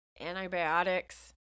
Antibiotics